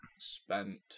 spent